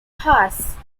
horse